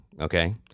okay